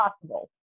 possible